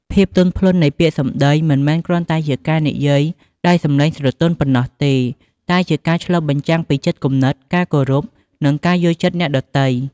ភាពទន់ភ្លន់នៃពាក្យសម្ដី មិនមែនគ្រាន់តែជាការនិយាយដោយសំឡេងស្រទន់ប៉ុណ្ណោះទេ តែជាការឆ្លុះបញ្ចាំងពីចិត្តគំនិត ការគោរព និងការយល់ចិត្តអ្នកដទៃ។